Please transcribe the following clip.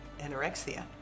anorexia